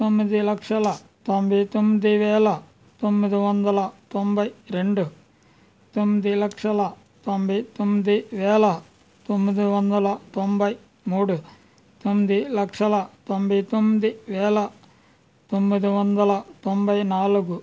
తొమ్మిది లక్షల తొంభై తొమ్మిది వేల తొమ్మిది వందల తొంభై రెండు తొమ్మిది లక్షల తొంభై తొమ్మిది వేల తొమ్మిది వందల తొంభై మూడు తొమ్మిది లక్షల తొంభై తొమ్మిది వేల తొమ్మిది వందల తొంభై నాలుగు